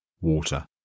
water